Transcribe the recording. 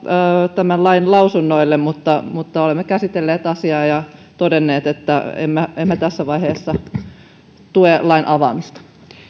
tämän lain lausunnoille mutta mutta olemme käsitelleet asiaa ja todenneet että emme emme tässä vaiheessa tue lain avaamista